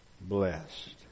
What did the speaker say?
blessed